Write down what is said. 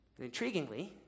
Intriguingly